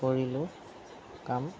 কৰিলোঁ কাম